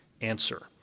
answer